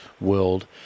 world